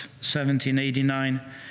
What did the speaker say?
1789